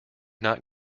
not